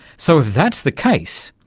so if that's the case,